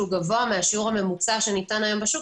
גבוה מהשיעור הממוצע שניתן היום בשוק,